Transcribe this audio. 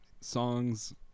songs